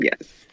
Yes